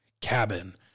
cabin